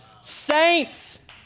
Saints